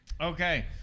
Okay